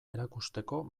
erakusteko